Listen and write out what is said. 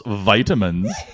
vitamins